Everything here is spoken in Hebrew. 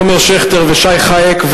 עומר שכטר ושי חייק,